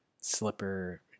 slipper